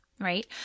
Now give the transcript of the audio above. right